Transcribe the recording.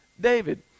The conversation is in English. David